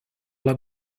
alla